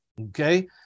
okay